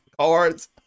cards